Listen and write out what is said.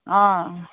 অ